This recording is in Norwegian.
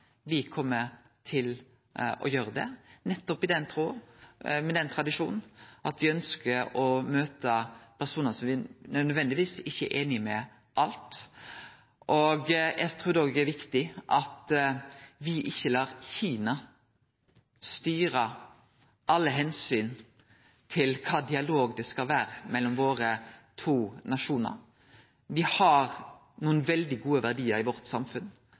til å gjere det, nettopp i tråd med den tradisjon at me ønskjer å møte personar som me ikkje nødvendigvis er einige med i alt. Eg trur òg det er viktig at me ikkje lar Kina styre alle omsyn til kva dialog det skal vere mellom våre to nasjonar. Me har nokre veldig gode verdiar i vårt samfunn.